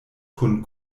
kun